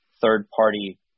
third-party